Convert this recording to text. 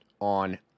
on